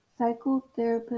psychotherapist